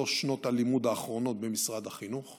שנות הלימוד האחרונות במשרד החינוך,